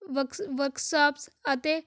ਵਕ workshops ਅਤੇ